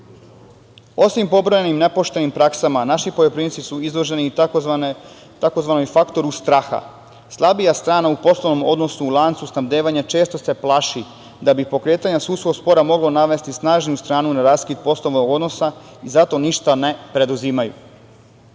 pobrojanim nepoštenim praksama naši poljoprivrednici su izloženi i tzv. faktoru straha. Slabija strana u poslovnom odnosnom lancu snabdevanja često se plaši da bi pokretanje sudskog spora moglo navesti snažniju stranu na raskid poslovnog odnosa i zato ništa ne preduzimaju. Važno